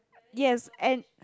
yes and